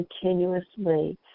continuously